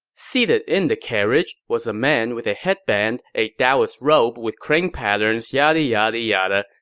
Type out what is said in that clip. seated in the carriage was a man with a head band, a daoist robe with crane patterns, yadi yadi yada.